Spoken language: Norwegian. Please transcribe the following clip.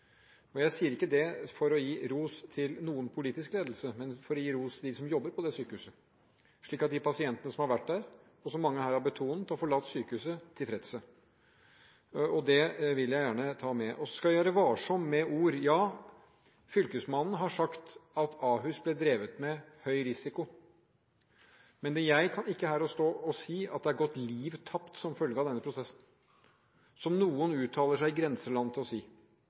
80. Jeg sier ikke dette for å gi noen politisk ledelse ros, men for å gi dem som jobber på dette sykehuset, ros. De pasientene som har vært der, har – som mange her har betonet – forlatt sykehuset tilfredse. Det vil jeg gjerne ta med. Så skal vi være varsomme med ord. Fylkesmannen har sagt at Ahus ble drevet med høy risiko, men jeg kan ikke stå her og si at liv har gått tapt som følge av denne prosessen, slik noen – i grenseland – har uttalt seg.